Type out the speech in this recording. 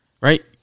right